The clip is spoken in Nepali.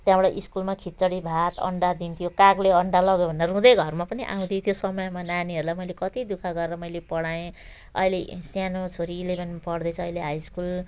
त्यहाँबाट स्कुलमा खिचडी भात अन्डा दिन्थ्यो कागले अन्डा लग्यो भन्दा रुँदै घरमा पनि आउँथी त्यो समयमा नानीहरूलाई मैले कति दुःख गरेर मैले पढाएँ अहिले सानो छोरी इलेभेनमा पढ्दैछ अहिले हाई स्कुल